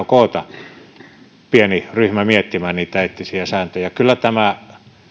koota pieni ryhmä miettimään niitä eettisiä sääntöjä kyllä tämä